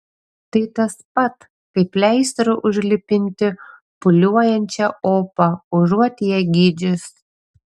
tai tas pat kaip pleistru užlipinti pūliuojančią opą užuot ją gydžius